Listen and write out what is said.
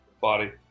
body